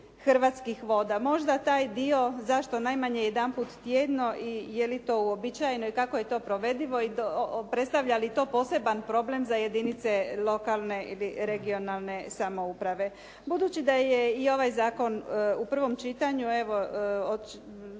Hrvatskih voda. Možda taj dio zašto najmanje jedanput tjedno i je li to uobičajeno i kako je to provedivo i predstavlja li to poseban problem za jedinice lokalne ili regionalne samouprave. Budući da je i ovaj zakon u prvom čitanju, evo